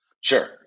Sure